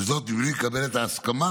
וזאת בלי לקבל את ההסכמה